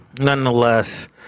nonetheless